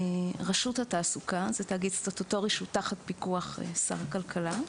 רשות התעסוקה זה תאגיד סטטוטורי שנמצא תחת פיקוח של משרד הכלכלה.